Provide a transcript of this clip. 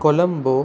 Colombo